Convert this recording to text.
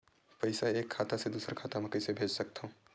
पईसा एक खाता से दुसर खाता मा कइसे कैसे भेज सकथव?